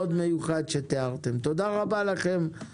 תודה רבה לכם על פועלכם.